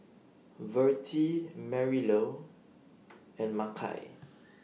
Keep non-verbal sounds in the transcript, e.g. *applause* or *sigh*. Vertie Marylou *noise* and Makai